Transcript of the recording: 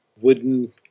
wooden